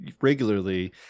regularly